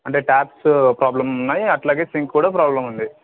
అంటే taps problem ఉన్నాయి అట్లాగే సింక్ కూడా ప్రాబ్లమ్ ఉంది